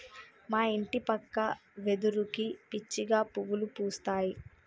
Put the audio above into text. మా ఇంటి పక్క వెదురుకి పిచ్చిగా పువ్వులు పూస్తాయి